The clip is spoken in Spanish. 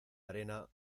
arena